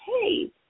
hey